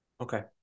Okay